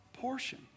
portion